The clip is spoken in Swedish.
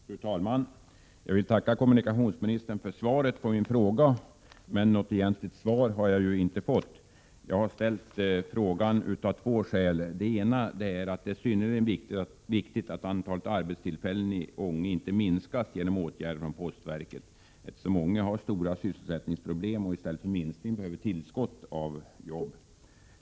Fru talman! Jag vill tacka kommunikationsministern för svaret på min fråga. Något egentligt svar har jag dock inte fått. Jag har ställt frågan av två skäl. Det ena är att det är synnerligen viktigt att antalet arbetstillfällen i Ånge inte minskas genom åtgärder från postverket. Ånge har stora sysselsättningsproblem, och behöver ett tillskott av arbetstillfällen i stället för en minskning.